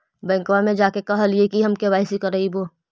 बैंकवा मे जा के कहलिऐ कि हम के.वाई.सी करईवो?